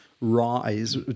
rise